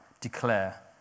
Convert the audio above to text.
declare